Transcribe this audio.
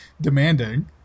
demanding